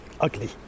ugly